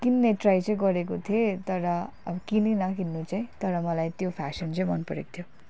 किन्ने ट्राई चाहिँ गरेको थिएँ तर अब किनिनँ किन्नु चाहिँ तर मलाई त्यो फेसन चाहिँ मन परेको थियो